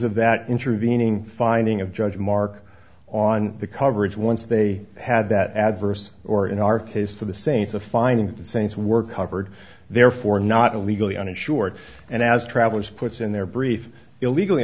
of that intervening finding of judge mark on the coverage once they had that adverse or in our case to the saints a finding that the saints were covered therefore not illegally uninsured and as travelers puts in their brief illegally